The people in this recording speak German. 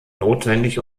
notwendig